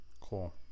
cool